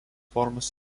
formos